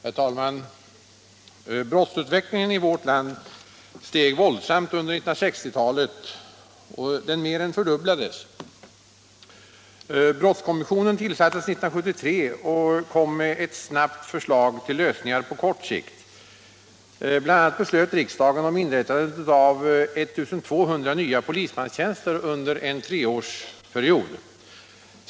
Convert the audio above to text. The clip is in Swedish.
Herr talman! Brottsutvecklingen i vårt land steg våldsamt under 1960 talet. Den mer än fördubblades. Brottskommissionen tillsattes 1973 och kom snabbt med ett förslag till lösningar på kort sikt. Bl. a. beslöt riksdagen om inrättandet av 1 200 nya polismanstjänster under en treårsperiod.